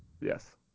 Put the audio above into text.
Yes